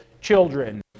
children